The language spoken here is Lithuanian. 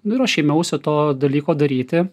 nu ir aš ėmiausi to dalyko daryti